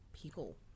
people